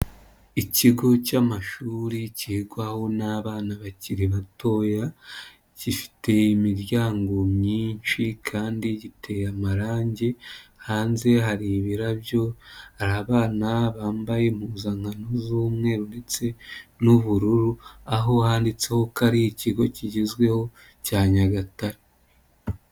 Ikigo cy'amashuri kigwaho n'abana bakiri batoya, gifite imiryango myinshi kandi giteye amarangi, hanze hari ibirabyo, hari abana bambaye impuzankano z'umweru ndetse n'ubururu, aho handitseho ko ari ikigo kigezweho cya Nyagatare.